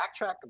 backtrack